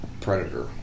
Predator